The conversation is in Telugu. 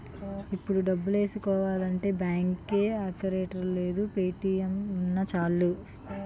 ఇప్పుడు డబ్బులేసుకోవాలంటే బాంకే అక్కర్లేదు పే.టి.ఎం ఉన్నా చాలు